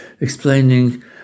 explaining